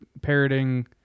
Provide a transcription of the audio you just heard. parroting